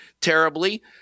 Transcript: terribly